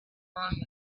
long